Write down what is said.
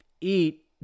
eat